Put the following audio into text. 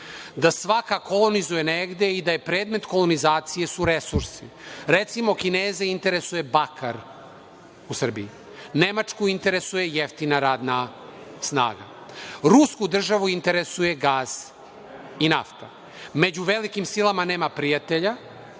da svaka kolonizuje negde i da predmet kolonizacije su resursi. Recimo, Kineze interesuje bakar u Srbiji, Nemačku interesuje jeftina radna snaga, Rusiju interesuje gas i nafta. Među velikim silama nema prijatelja,